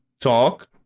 talk